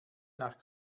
nach